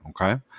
okay